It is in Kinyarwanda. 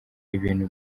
ibintu